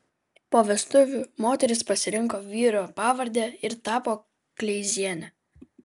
po vestuvių moteris pasirinko vyro pavardę ir tapo kleiziene